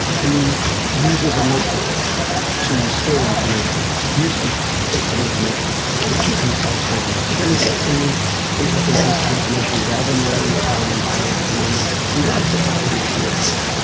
he uses a notebook to store information. useful bits of information which he consults regularly. so when he gets a new interesting piece of information, rather than laying it down in biological memory, he writes it down in his notebook.